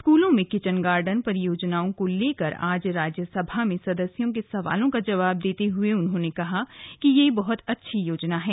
स्कूलों में kitchen garden परियोजनाओं को लेकर आज राज्यसभा में ने सदन के सदस्यों के सवालों का जवाब देते हुए उन्होंने कहा कि यह बहुत अच्छी योजना है